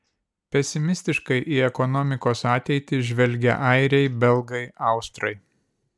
pesimistiškai į ekonomikos ateitį žvelgia airiai belgai austrai